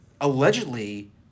allegedly